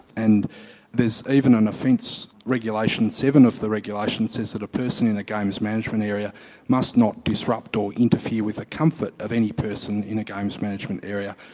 and there's even an offence, regulation seven of the regulations says that a person in a games management area must not disrupt or interfere with the comfort of any person in a games management area,